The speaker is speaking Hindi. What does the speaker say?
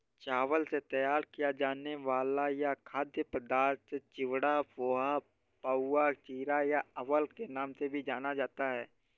चावल से तैयार किया जाने वाला यह खाद्य पदार्थ चिवड़ा, पोहा, पाउवा, चिरा या अवल के नाम से भी जाना जाता है